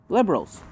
Liberals